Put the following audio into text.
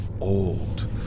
old